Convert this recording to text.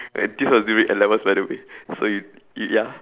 and this was during N levels by the way so